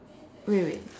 wait wait